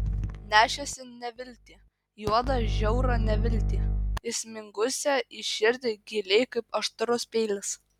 nešėsi neviltį juodą žiaurią neviltį įsmigusią į širdį giliai kaip aštrus peilis